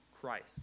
Christ